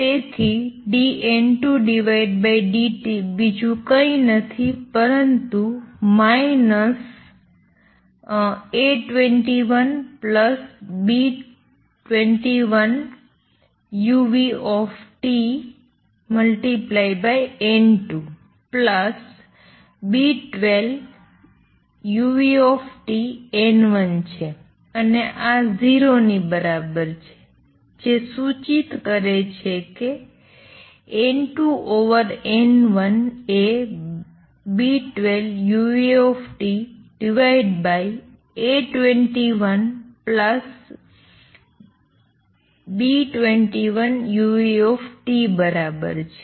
તેથી dN2 dt બીજું કંઈ નથી પરંતુ A21B21uTN2B12uTN1 છે અને આ 0 ની બરાબર છે જે સૂચિત કરે છે કે N2 ઓવર N1 એ B12uTA21B21uT બરાબર છે